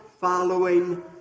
following